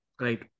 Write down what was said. Right